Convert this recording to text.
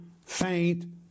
faint